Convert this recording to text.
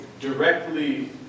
directly